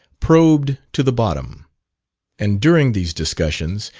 probed to the bottom and during these discussions,